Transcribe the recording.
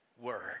word